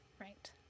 right